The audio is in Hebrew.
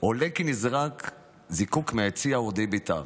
עולה כי נזרק זיקוק מיציע אוהדי בית"ר.